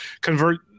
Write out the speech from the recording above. convert –